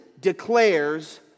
declares